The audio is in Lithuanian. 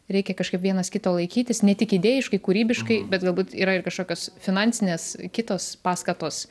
reikia kažkaip vienas kito laikytis ne tik idėjiškai kūrybiškai bet galbūt yra ir kažkokios finansinės kitos paskatos